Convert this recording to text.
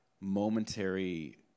momentary